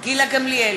גילה גמליאל,